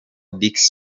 dick